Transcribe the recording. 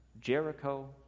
Jericho